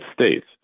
States